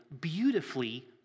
beautifully